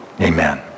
Amen